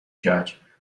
judge